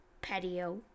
patio